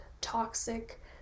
toxic